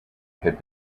had